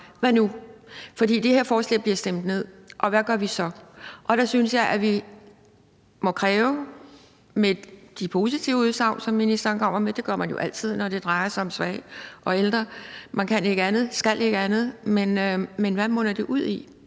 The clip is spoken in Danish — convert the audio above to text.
Hvad nu? For det her forslag bliver stemt ned, og hvad gør vi så? Der synes jeg, at vi med de positive udsagn, som ministeren kommer med – det gør man jo altid, når det drejer sig om svage og ældre; man kan og skal ikke andet – må kræve at